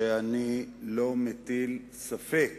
שאני לא מטיל ספק